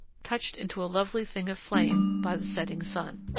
touched into a lovely thing of flame by the setting sun.